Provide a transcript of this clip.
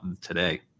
today